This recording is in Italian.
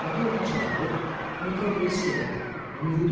ma via facendo mutai pensiero